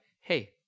hey